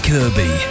Kirby